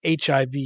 HIV